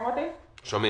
מודעים לבעיה.